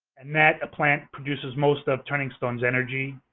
and that plant produces most of turning stone's energy